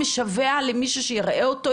משווע למישהו שיראה אותו,